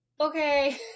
okay